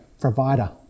provider